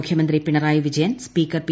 മുഖ്യമന്ത്രി പിണറായി വിജയനും speaker P